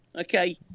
okay